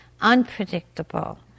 unpredictable